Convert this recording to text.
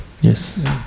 Yes